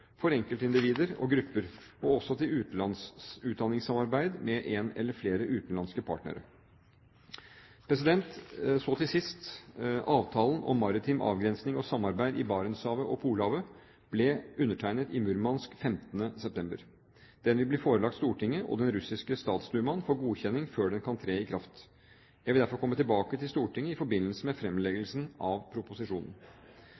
for enkeltindivider og grupper, og også til utdanningssamarbeid med en eller flere utenlandske partnere. Så til sist: Avtalen om maritim avgrensning og samarbeid i Barentshavet og Polhavet ble undertegnet i Murmansk 15. september. Den vil bli forelagt Stortinget og den russiske statsdumaen for godkjenning før den kan tre i kraft. Jeg vil derfor komme tilbake til Stortinget i forbindelse med